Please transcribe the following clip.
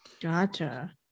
Gotcha